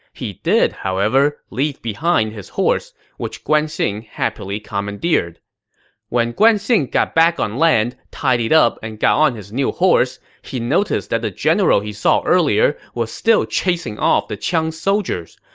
he did, however, leave behind his horse, which guan xing happily commandeered when guan xing got back on land, tidied up, and got on his new horse, he noticed that the general he saw earlier was still chasing off the qiang soldiers.